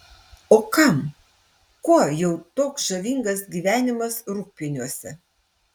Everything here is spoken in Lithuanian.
o kam kuo jau toks žavingas gyvenimas rūgpieniuose